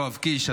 יואב קיש,